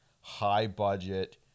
high-budget